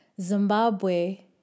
Zimbabwe